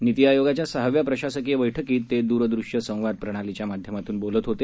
नीती आयोगाच्या सहाव्या प्रशासकीय बैठकीत ते दूरदृश्यसंवाद प्रणालीच्या माध्यमातून बोलत होते